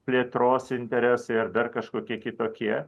plėtros interesai ar dar kažkokie kitokie